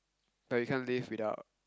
but you can't live without